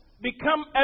become